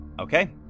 Okay